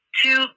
two